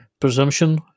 presumption